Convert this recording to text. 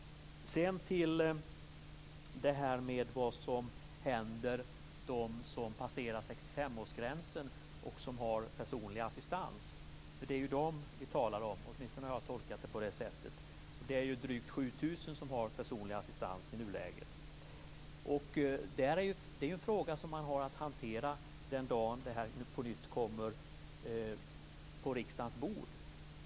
Sedan till detta med vad som händer med dem som passerar 65-årsgränsen och som har personlig assistans, för det är ju dem vi talar om. Åtminstone har jag tolkat det på det sättet. Det är drygt 7 000 som har personlig assistans i nuläget. Det är en fråga att hantera den dagen frågan på nytt kommer på riksdagens bord.